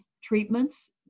treatments